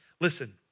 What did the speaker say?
listen